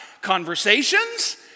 Conversations